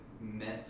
method